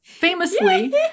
Famously